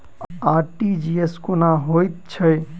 RTGS कोना होइत छै?